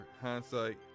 Hindsight